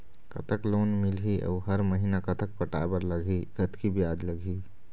कतक लोन मिलही अऊ हर महीना कतक पटाए बर लगही, कतकी ब्याज लगही?